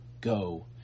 go